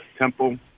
Temple